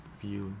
feel